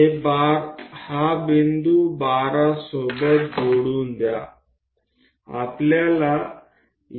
હવે આ બિંદુથી 12 સુધીનો આપણે ઉપયોગ કરવો પડશે